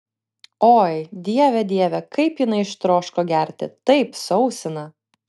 oi dieve dieve kaip jinai ištroško gerti taip sausina